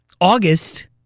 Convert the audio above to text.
August